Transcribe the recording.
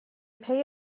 pay